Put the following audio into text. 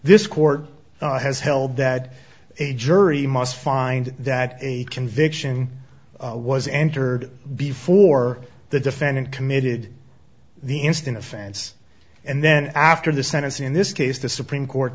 this court has held that a jury must find that a conviction was entered before the defendant committed the instant offense and then after the sentence in this case the supreme court